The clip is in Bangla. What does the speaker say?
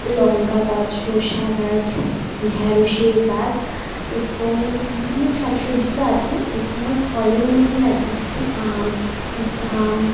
লঙ্কা গাছ শসা গাছ ঢ্যাঁড়সের গাছ এবং বিভিন্ন শাক সবজি তো আছেই এছাড়াও ফলের মধ্যে লাগিয়েছি আম জাম